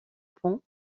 pont